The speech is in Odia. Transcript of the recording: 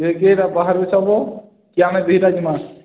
କିଏ କିଏଟା ବାହାରୁଛ ଗୋ କି ଆମେ ଦୁଇଟା ଜିମା